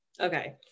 Okay